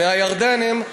מהירדנים,